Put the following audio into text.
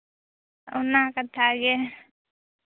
ᱚᱱᱟ ᱠᱟᱛᱷᱟ ᱜᱮ